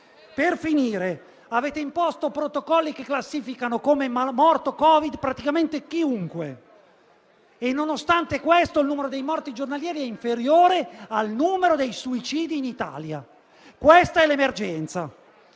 Per finire, avete imposto protocolli che classificano come morto Covid praticamente chiunque. Nonostante questo, il numero dei morti giornalieri è inferiore al numero dei suicidi in Italia. Questa è l'emergenza.